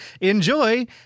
enjoy